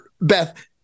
Beth